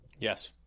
yes